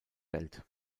welt